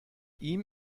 ihm